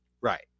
Right